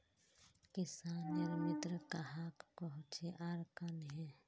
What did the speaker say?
किसानेर मित्र कहाक कोहचे आर कन्हे?